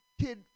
kid